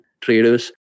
traders